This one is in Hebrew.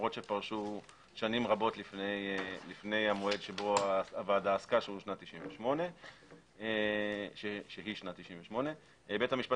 למרות שפרשו שנים רבות לפי המועד שבו הוועדה עסקה 98'. בית המשפט